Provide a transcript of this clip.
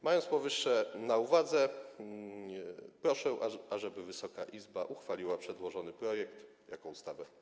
Mając powyższe na uwadze, proszę, ażeby Wysoka Izba uchwaliła przedłożony projekt jako ustawę.